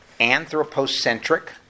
anthropocentric